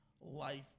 life